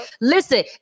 listen